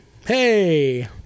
hey